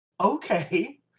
okay